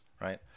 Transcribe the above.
right